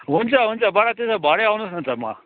हुन्छ हुन्छ बडा त्यसो भए भरे आउनुहोस् न त म